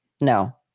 No